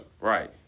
Right